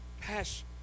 pass